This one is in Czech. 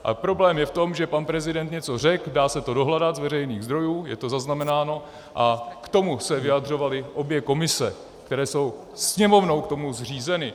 Ale problém je v tom, že pan prezident něco řekl, dá se to dohledat z veřejných zdrojů, je to zaznamenáno, a k tomu se vyjadřovaly obě komise, které jsou Sněmovnou k tomu zřízeny.